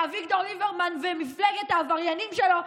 לאביגדור ליברמן ולמפלגת העבריינים שלו,